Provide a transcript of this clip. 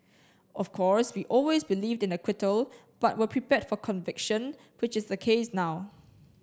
of course we always believed in acquittal but were prepared for conviction which is the case now